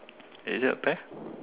is it a pair